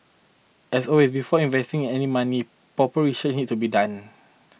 as always before investing any money proper research needs to be done